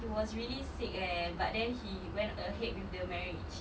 he was really sick eh but then he went ahead with the marriage